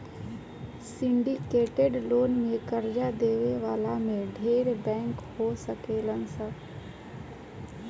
syndicated loan में कर्जा देवे वाला में ढेरे बैंक हो सकेलन सा